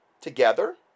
together